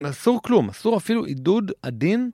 אסור כלום, אסור אפילו עידוד עדין.